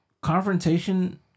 confrontation